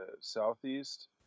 southeast